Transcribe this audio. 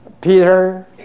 Peter